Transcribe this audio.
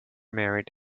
married